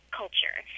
culture